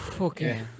Okay